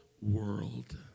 world